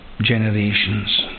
Generations